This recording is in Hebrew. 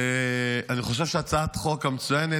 אני חושב שהצעת החוק מצוינת.